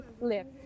live